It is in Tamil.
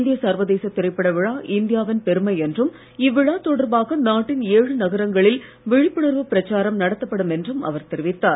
இந்திய சர்வதேச திரைப்பட விழா இந்தியாவின் பெருமை என்றும் இவ்விழா தொடர்பாக நாட்டின் ஏழு நகரங்களில் விழிப்புணர்வு பிரச்சாரம் நடத்தப்படும் என்றும் அவர் தெரிவித்தார்